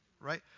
right